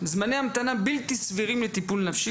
זמני המתנה בלתי סבירים לטיפול נפשי.